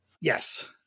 Yes